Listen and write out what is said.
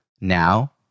Now